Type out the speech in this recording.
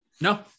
No